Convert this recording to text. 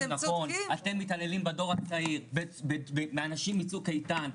אתם מתעללים בדור הצעיר באנשים מצוק איתן,